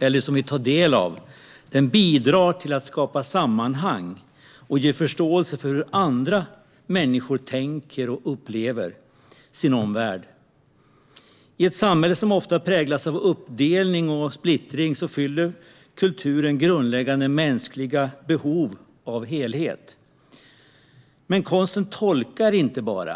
eller tar del av bidrar till att skapa sammanhang och ge förståelse för hur andra människor tänker och upplever sin omvärld. I ett samhälle som ofta präglas av uppdelning och splittring fyller kulturen grundläggande mänskliga behov av helhet. Men konsten tolkar inte bara.